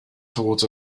towards